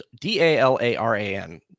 D-A-L-A-R-A-N